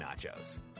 nachos